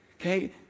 okay